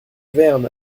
vern